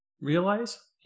realize